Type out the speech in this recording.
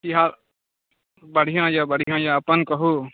की हाल बढ़िआँ यऽ बढ़िआँ यऽ अपन कहु